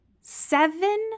seven